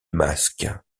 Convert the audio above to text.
masques